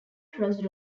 cross